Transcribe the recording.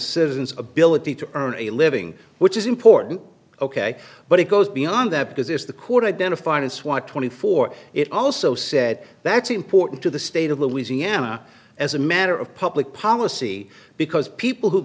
citizens ability to earn a living which is important ok but it goes beyond that because if the court identified its white twenty four it also said that's important to the state of louisiana as a matter of public policy because people who